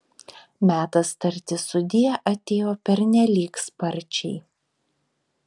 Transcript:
metas tarti sudie atėjo pernelyg sparčiai